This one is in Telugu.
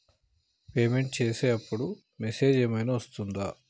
పేమెంట్ చేసే అప్పుడు మెసేజ్ ఏం ఐనా వస్తదా?